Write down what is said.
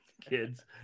Kids